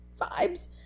vibes